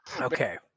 okay